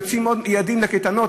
יוצאים ילדים לקייטנות,